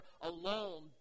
alone